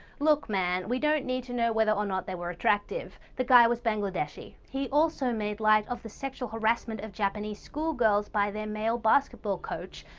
look man, we don't need to know whether or not they were attractive. the fucking guy was bangladeshi, he also made light of the sexual harassment of japanese schoolgirls by their male basketball coach,